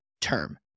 term